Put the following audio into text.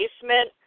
basement